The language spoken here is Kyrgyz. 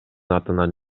атынан